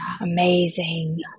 Amazing